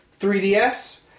3DS